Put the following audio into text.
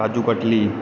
kaju katli